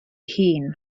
hun